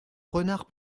renard